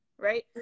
right